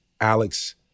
Alex